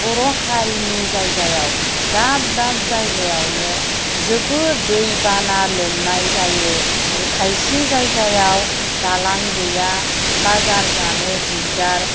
बर' हारिनि जायगायाव दाब दाब जायगायावनो जोबोर दै बाना लोमनाय जायो खायसे जायगायाव दालां गैया बाजार जानो दिगदार